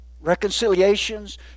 reconciliations